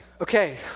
Okay